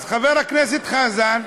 אז חבר הכנסת חזן,